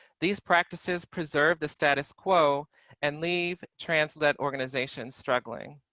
these practices preserve the status-quo and leave trans-led organisations struggling.